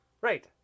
Right